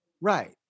Right